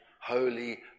holy